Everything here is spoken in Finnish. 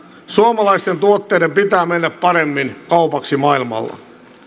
suomalaisten tuotteiden pitää mennä paremmin kaupaksi maailmalla